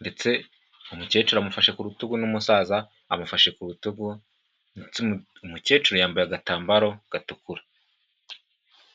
ndetse umukecuru amufashe ku rutugu n'umusaza amufashe ku rutugu, umukecuru yambaye agatambaro gatukura.